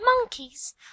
monkeys